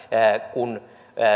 kun